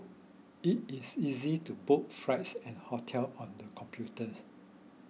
it is easy to book flights and hotel on the computers